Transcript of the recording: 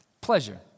Pleasure